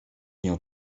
nią